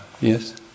Yes